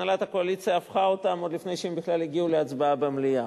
הנהלת הקואליציה הפכה אותן עוד לפני שהן בכלל הגיעו להצבעה במליאה.